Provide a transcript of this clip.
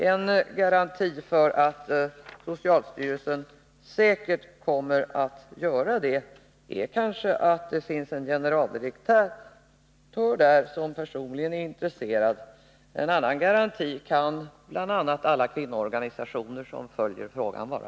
En garanti för att socialstyrelsen säkert kommer att göra det är kanske att det finns en generaldirektör där som personligen är intresserad. En annan garanti kan bl.a. alla kvinnoorganisationer som följer frågan vara.